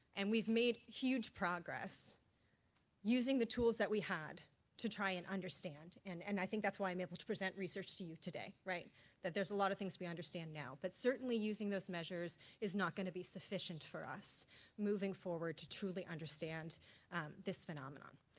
and we've made huge progress using the tools that we had to try and understand, and and i think that's why i'm able to present research to you today, that there's a lot of things we understand now, but certainly using those measures is not going to be sufficient for us moving forward to truly understand this phenomenon.